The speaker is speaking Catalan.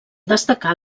destacar